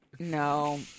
No